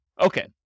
Okay